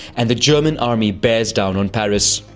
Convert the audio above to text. and the german army bears down on paris.